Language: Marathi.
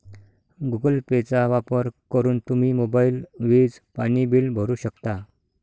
गुगल पेचा वापर करून तुम्ही मोबाईल, वीज, पाणी बिल भरू शकता